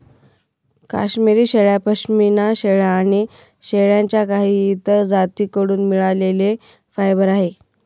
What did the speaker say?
काश्मिरी शेळ्या, पश्मीना शेळ्या आणि शेळ्यांच्या काही इतर जाती कडून मिळालेले फायबर आहे